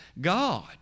God